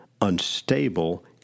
unstable